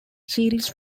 series